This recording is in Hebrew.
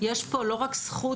יש פה לא רק זכות,